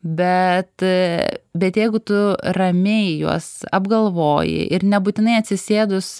bet bet jeigu tu ramiai juos apgalvoji ir nebūtinai atsisėdus